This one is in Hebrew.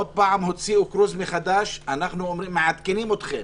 עוד פעם הוציאו כרוז מחדש: אנחנו מעדכנים אתכם,